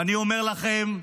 ואני אומר לכם: